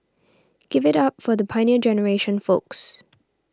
give it up for the Pioneer Generation folks